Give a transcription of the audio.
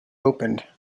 opened